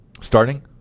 Starting